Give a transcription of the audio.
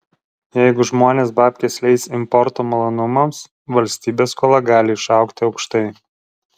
jeigu žmonės babkes leis importo malonumams valstybės skola gali išaugti aukštai